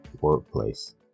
workplace